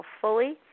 fully